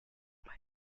why